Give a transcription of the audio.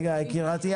רגע, יקירתי.